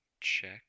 Check